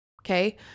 Okay